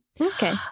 okay